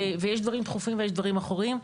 יותר דחופים ואחוריים.